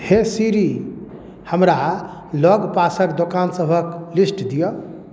हे सीरी हमरा लगपासक दोकानसभक लिस्ट दिअ